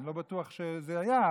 אני לא בטוח שזה היה,